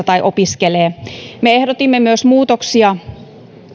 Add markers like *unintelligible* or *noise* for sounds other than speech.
*unintelligible* tai opiskelee me ehdotimme myös muutoksia